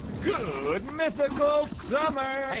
good mythical summer. hey,